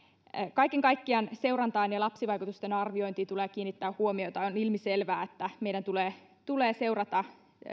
kaiken kaikkiaan seurantaan ja lapsivaikutusten arviointiin tulee kiinnittää huomiota on ilmiselvää että meidän tulee paitsi seurata